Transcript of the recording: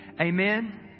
amen